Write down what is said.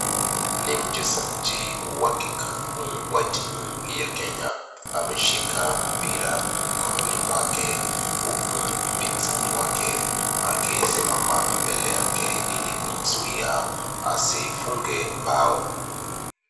Ni mchezaji wa kikapu wa timu ya Kenya, ameshika mpira mkononi mwake uku mpinzani wake akisimama mbele yake ili kumzuia asifunge bao.